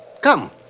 Come